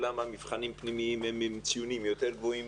אני יודע שמבחנים פנימיים הם עם ציונים יותר גבוהים,